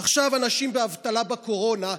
עכשיו אנשים באבטלה בקורונה,